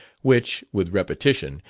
which, with repetition,